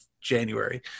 January